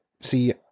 see